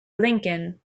lincoln